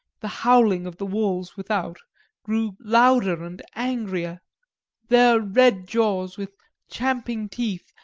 the howling of the wolves without grew louder and angrier their red jaws, with champing teeth,